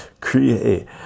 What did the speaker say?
Create